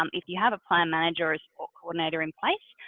um if you have a plan manager or a support coordinator in place,